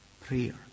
prayer